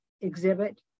exhibit